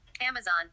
Amazon